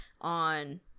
on